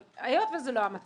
אבל היות וזה לא המצב